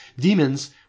Demons